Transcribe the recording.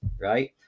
right